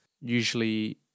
usually